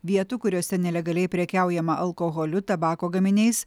vietų kuriose nelegaliai prekiaujama alkoholiu tabako gaminiais